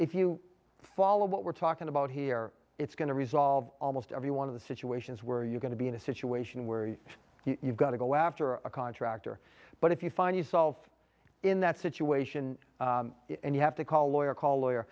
if you follow what we're talking about here it's going to resolve almost every one of the situations where you're going to be in a situation where you've got to go after a contractor but if you find yourself in that situation and you have to call a lawyer c